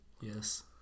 Yes